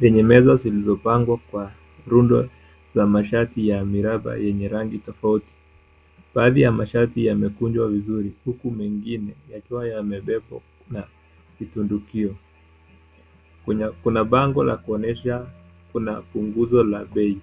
lenye meza zilizopangwa kwa rundo la mashati ya miraba yenye rangi tofauti. Baadhi ya mashati yamekunjwa vizuri huku mengine yakiwa yamebebwa na kutundukiwa. Kuna bango la kuonyesha kuna punguzo la bei.